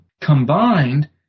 combined